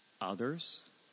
others